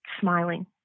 Smiling